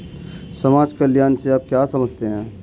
समाज कल्याण से आप क्या समझते हैं?